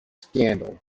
scandal